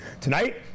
tonight